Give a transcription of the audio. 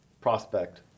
prospect